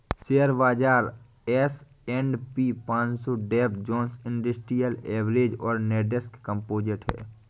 share बाजार S and P पनसो Dow Jones industrial average और नैस्डैक कंपोजिट है